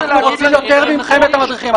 יוסי --- אנחנו רוצים יותר מכם את המדריכים.